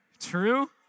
true